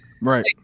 right